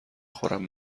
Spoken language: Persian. خورم